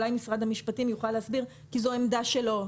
אולי משרד המשפטים יוכל להסביר כי זו עמדה שלו.